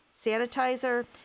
sanitizer